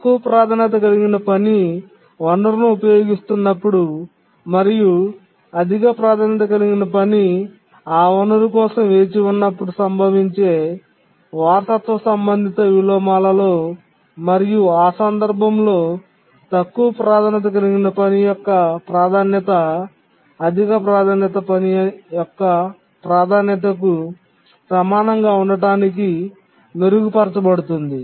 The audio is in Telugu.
తక్కువ ప్రాధాన్యత కలిగిన పని వనరును ఉపయోగిస్తున్నప్పుడు మరియు అధిక ప్రాధాన్యత కలిగిన పని ఆ వనరు కోసం వేచి ఉన్నప్పుడు సంభవించే వారసత్వ సంబంధిత విలోమాలలో మరియు ఆ సందర్భంలో తక్కువ ప్రాధాన్యత కలిగిన పని యొక్క ప్రాధాన్యత అధిక ప్రాధాన్యత పని యొక్క ప్రాధాన్యతకు సమానంగా ఉండటానికి మెరుగుపరచబడుతుంది